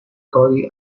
کاری